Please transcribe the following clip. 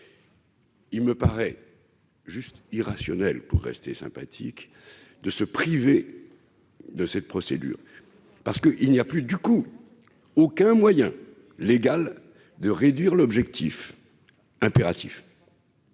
Il me paraît juste irrationnel, pour rester sympathique, de se priver de cette procédure, car il n'y a plus, du coup, aucun moyen légal de réduire l'objectif impératif.